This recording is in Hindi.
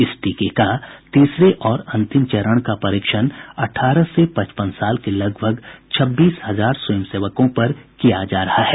इस टीके का तीसरे और अंतिम चरण का परीक्षण अठारह से पचपन साल के लगभग छब्बीस हजार स्वयं सेवकों पर किया जा रहा है